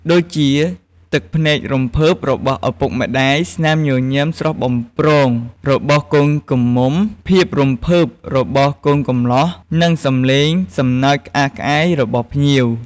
ដូចជាទឹកភ្នែករំភើបរបស់ឪពុកម្តាយ ស្នាមញញឹមស្រស់បំព្រងរបស់កូនក្រមុំ ភាពរំភើបរបស់កូនកំលោះ និងសំឡេងសំណើចក្អាកក្អាយរបស់ភ្ញៀវ។